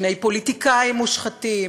מפני פוליטיקאים מושחתים,